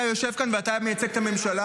אתה יושב כאן, ואתה מייצג את הממשלה.